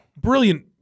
brilliant